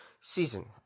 season